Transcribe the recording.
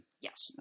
Yes